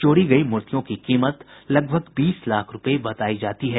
चोरी गयी मूर्तियों की कीमत लगभग बीस लाख रूपये बतायी जाती है